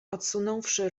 odsunąwszy